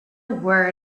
word